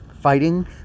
fighting